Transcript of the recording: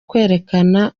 kwerekana